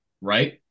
right